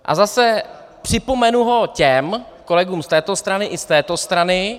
A zase, připomenu ho těm kolegům z této strany i z této strany .